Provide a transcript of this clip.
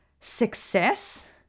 Success